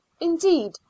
indeed